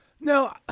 No